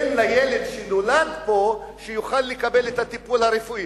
תן לילד שנולד פה שיוכל לקבל את הטיפול הרפואי.